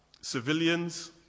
Civilians